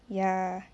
ya